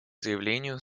заявлению